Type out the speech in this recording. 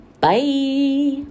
Bye